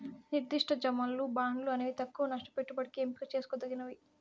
నిర్దిష్ట జమలు, బాండ్లు అనేవి తక్కవ నష్ట పెట్టుబడికి ఎంపిక చేసుకోదగ్గవి